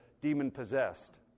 demon-possessed